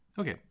Okay